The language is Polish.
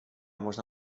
można